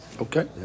Okay